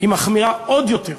היא מחמירה עוד יותר: